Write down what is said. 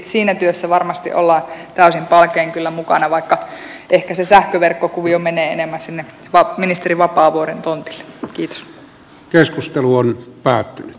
siinä työssä varmasti olemme täysin palkein kyllä mukana vaikka ehkä se sähköverkkokuvio menee enemmän sinne ministeri vapaavuoren tontille